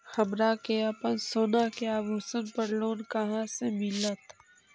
हमरा के अपना सोना के आभूषण पर लोन कहाँ से मिलत?